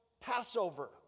Passover